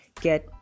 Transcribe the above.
get